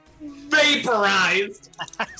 Vaporized